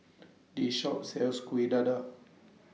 This Shop sells Kueh Dadar